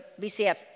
BCF